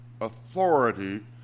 authority